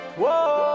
whoa